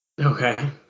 Okay